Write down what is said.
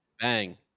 Bang